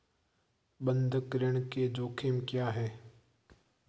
बंधक ऋण के जोखिम क्या हैं?